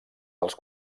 dels